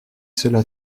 cela